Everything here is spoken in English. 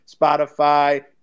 Spotify